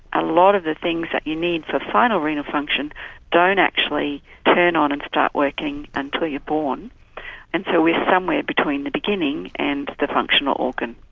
a lot of the things that you need for final renal function don't actually turn on and start working until you are born and so we are somewhere between the beginning and the functional organ.